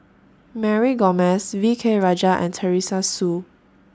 Mary Gomes V K Rajah and Teresa Hsu